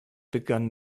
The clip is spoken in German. begann